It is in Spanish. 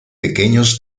pequeños